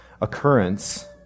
occurrence